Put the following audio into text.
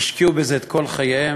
והשקיעו בזה את כל חייהם.